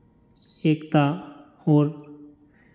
एकता और